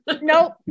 Nope